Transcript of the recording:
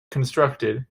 constructed